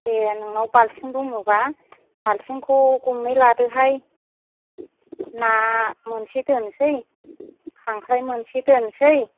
दे नोंनाव बाल्थिं दङबा बाल्थिंखौ गंनै लादोहाय ना मोनसे दोननोसै खांख्राय मोनसे दोननोसै